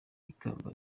ikamba